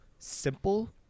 simple